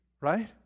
Right